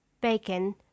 bacon